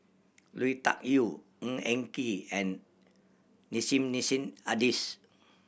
Lui Tuck Yew Ng Eng Kee and Nissim Nassim Adis